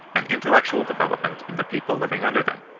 and intellectual development of the people living under them.